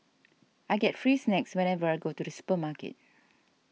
I get free snacks whenever I go to the supermarket